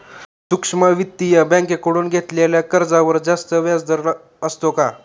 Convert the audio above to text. सूक्ष्म वित्तीय बँकेकडून घेतलेल्या कर्जावर जास्त व्याजदर असतो का?